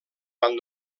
van